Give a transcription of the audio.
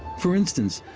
for instance,